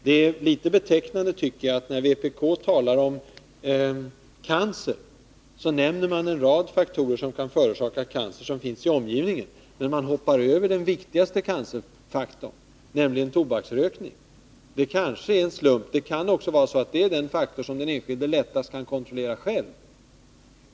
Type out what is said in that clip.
Det är litet betecknande att vpk, när man talar om cancer, nämner en rad faktorer i omgivningen som kan förorsaka cancer men hoppar över den viktigaste cancerframkallande faktorn, nämligen tobaksrökningen. Det kanske är en slump, men det är ju den faktor som den enskilde lättast kan kontrollera själv.